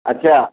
अच्छा